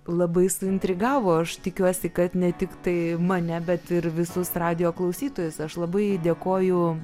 labai suintrigavo aš tikiuosi kad ne tiktai mane bet ir visus radijo klausytojus aš labai dėkoju